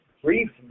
brief